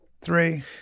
three